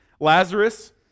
Lazarus